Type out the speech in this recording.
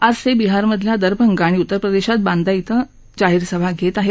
आज ते बिहारमधल्या दरभंगा आणि उत्तर प्रदेशात बांदा िं जाहीर सभा घेत आहेत